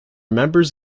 members